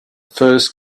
first